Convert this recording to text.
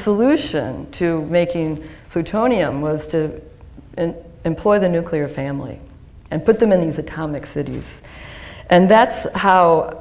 solution to making food tony m was to employ the nuclear family and put them in these atomic cities and that's how